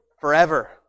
forever